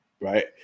right